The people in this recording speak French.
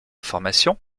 formation